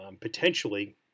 potentially